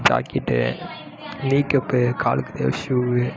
jacket knee cap காலுக்கு தேவை ஷூவு